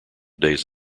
days